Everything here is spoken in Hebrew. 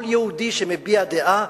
כל יהודי שמביע דעה,